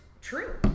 True